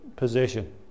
Position